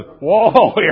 whoa